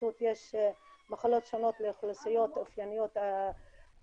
פשוט יש מחלות שונות לאוכלוסיות אופייניות אחרות.